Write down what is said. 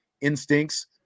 instincts